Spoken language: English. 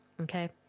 Okay